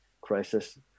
crisis